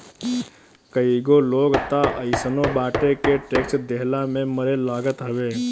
कईगो लोग तअ अइसनो बाटे के टेक्स देहला में मरे लागत हवे